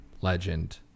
legend